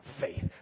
faith